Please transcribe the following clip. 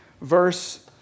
verse